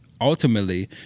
ultimately